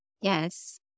Yes